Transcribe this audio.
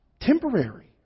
temporary